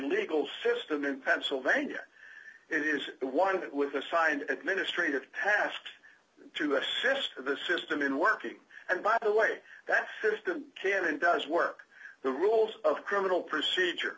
legal system in pennsylvania it is the one with assigned administrative tasks to us sr the system in working and by the way that system can and does work the rules of criminal procedure